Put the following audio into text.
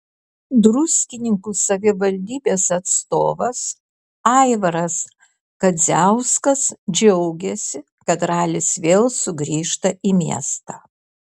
druskininkų savivaldybės atstovas aivaras kadziauskas džiaugėsi kad ralis vėl sugrįžta į miestą